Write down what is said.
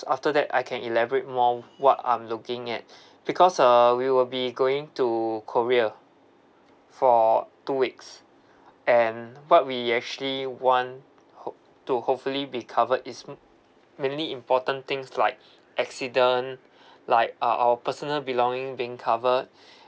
after that I can elaborate more what I'm looking at because uh we will be going to korea for two weeks and what we actually want hope to hopefully be covered is mainly important things like accident like uh our personal belonging being covered